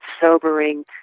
sobering